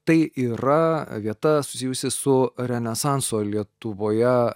tai yra vieta susijusi su renesanso lietuvoje